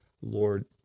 Lord